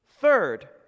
Third